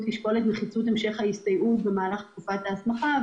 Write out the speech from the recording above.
ישקול את נחיצות המשך ההסתייעות במהלך תקופת ההסמכה.